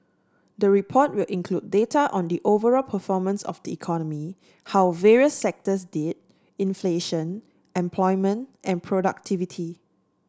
the report will include data on the overall performance of the economy how various sectors did inflation employment and productivity